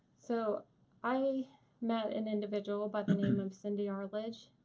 so i met an individual by the name of cindy arledge.